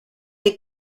les